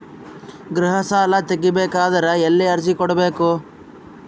ಗೃಹ ಸಾಲಾ ತಗಿ ಬೇಕಾದರ ಎಲ್ಲಿ ಅರ್ಜಿ ಕೊಡಬೇಕು?